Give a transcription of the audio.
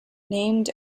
named